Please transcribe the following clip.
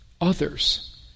others